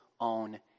own